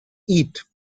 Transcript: eat